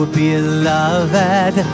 beloved